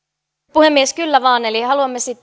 puhemies kyllä vain eli haluamme